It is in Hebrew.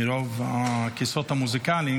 מרוב הכיסאות המוזיקליים,